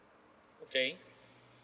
okay